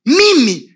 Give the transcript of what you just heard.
mimi